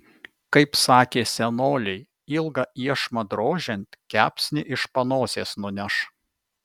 kaip sakė senoliai ilgą iešmą drožiant kepsnį iš panosės nuneš